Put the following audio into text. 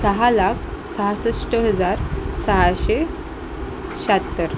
सहा लाख सहासष्ट हजार सहाशे शहात्तर